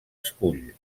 escull